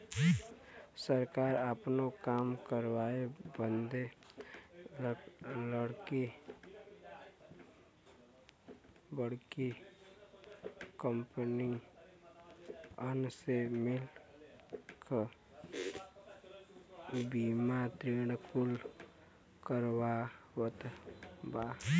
सरकार आपनो काम करावे बदे बड़की बड़्की कंपनीअन से मिल क बीमा ऋण कुल करवावत बा